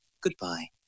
goodbye